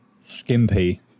skimpy